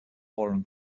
warren